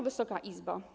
Wysoka Izbo!